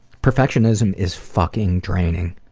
perfectionist is fucking draining.